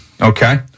Okay